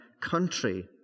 country